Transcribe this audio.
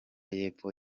y’epfo